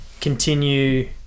continue